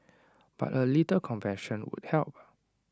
but A little compassion would help